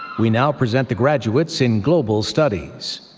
we now present the graduates in global studies.